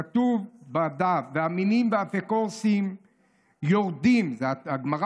כתוב בדף: "והמינים והאפיקורסים יורדים" הגמרא